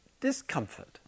discomfort